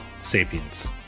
Sapiens